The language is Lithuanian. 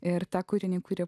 ir tą kūrinį kurį